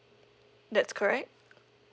that's correct